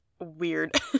weird